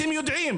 אתם יודעים